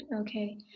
okay